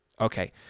Okay